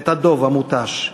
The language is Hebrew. את הדוב המותש,